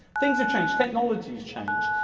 things have changed. technology's changed.